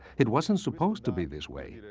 it wasn't supposed to be this way.